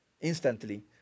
instantly